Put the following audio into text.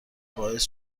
باعث